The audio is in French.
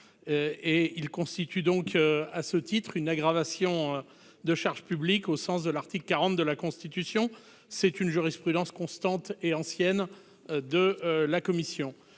qui constitue une aggravation des charges publiques au sens de l'article 40 de la Constitution- c'est une jurisprudence constante et ancienne de la commission.